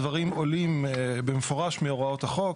הדברים עולים במפורש מהוראות החוק.